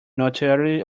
notoriety